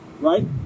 right